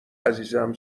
عزیزم